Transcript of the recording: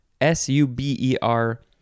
S-U-B-E-R